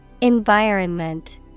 Environment